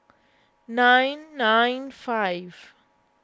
nine nine five